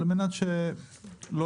טוב,